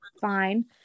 fine